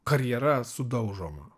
karjera sudaužoma